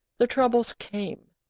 the troubles came,